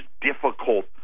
difficult